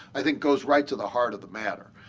i think, goes right to the heart of the matter.